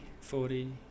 forty